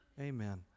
Amen